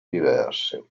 diversi